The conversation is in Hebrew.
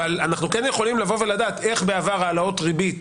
אבל אנחנו יכולים לדעת איך בעבר העלאות ריבית